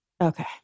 Okay